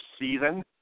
season